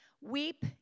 Weep